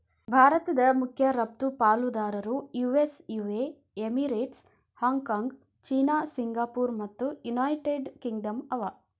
ಭಾರತದ್ ಮಖ್ಯ ರಫ್ತು ಪಾಲುದಾರರು ಯು.ಎಸ್.ಯು.ಎ ಎಮಿರೇಟ್ಸ್, ಹಾಂಗ್ ಕಾಂಗ್ ಚೇನಾ ಸಿಂಗಾಪುರ ಮತ್ತು ಯುನೈಟೆಡ್ ಕಿಂಗ್ಡಮ್ ಅವ